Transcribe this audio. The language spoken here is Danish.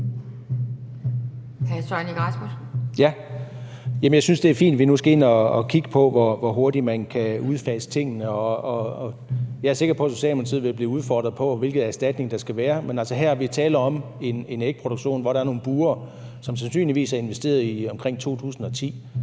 Jeg synes, det er fint, at vi nu skal ind og kigge på, hvor hurtigt man kan udfase tingene, og jeg er sikker på, at Socialdemokratiet vil blive udfordret på, hvilken erstatning der skal være. Men her er der tale om en ægproduktion, hvor der er nogle bure, som der sandsynligvis er investeret i omkring 2010,